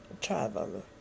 travel